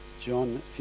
John